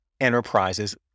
enterprises